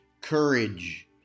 Courage